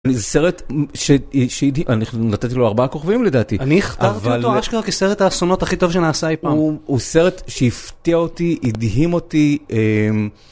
זה סרט ש... נתתי לו ארבעה כוכבים לדעתי. אני הכתרתי אותו, אשכרה, כסרט האסונות הכי טוב שנעשה אי פעם. הוא סרט שהפתיע אותי, הדהים אותי...